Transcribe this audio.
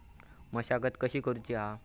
मशागत कशी करूची हा?